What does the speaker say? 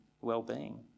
well-being